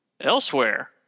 Elsewhere